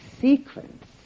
sequence